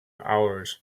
hours